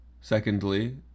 Secondly